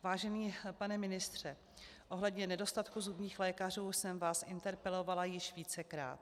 Vážený pane ministře, ohledně nedostatku zubních lékařů jsem vás interpelovala již vícekrát.